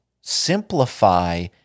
simplify